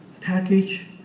Package